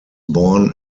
born